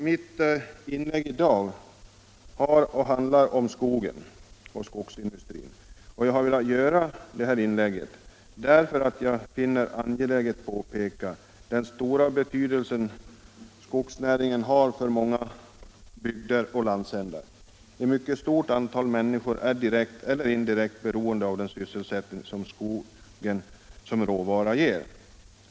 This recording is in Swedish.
Mitt inlägg i dag har handlat om skogen och skogsindustrin, och jag har velat göra detta inlägg därför att jag finner angeläget påpeka den stora betydelse skogsnäringen har för många bygder och landsändar. Ett mycket stort antal människor är direkt eller indirekt beroende av den sysselsättning som skogen som råvara ger.